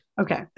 Okay